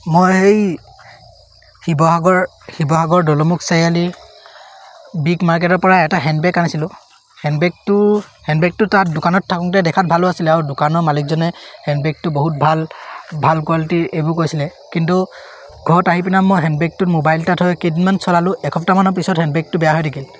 মই এই শিৱসাগৰ শিৱসাগৰ দলমুখ চাৰিআলি বিগ মাৰ্কেটৰপৰা এটা হেণ্ডবেগ আনিছিলোঁ হেণ্ডবেগটো হেণ্ডবেগটো তাত দোকানত থাকোঁতে দেখাত ভালো আছিলে আৰু দোকানৰ মালিকজনে হেণ্ডবেগটো বহুত ভাল ভাল কোৱালিটিৰ এইবোৰ কৈছিলে কিন্তু ঘৰত আহি পিনে মই হেণ্ডবেগটোত মোবাইল এটা থৈ কেইদিনমান চলালোঁ এসপ্তাহমানৰ পিছত হেণ্ডবেগটো বেয়া হৈ থাকিল